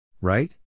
Right